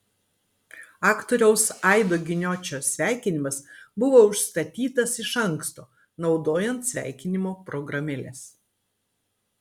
aktoriaus aido giniočio sveikinimas buvo užstatytas iš anksto naudojant sveikinimo programėles